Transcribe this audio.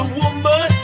woman